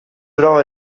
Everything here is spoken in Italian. prova